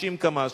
90 קמ"ש.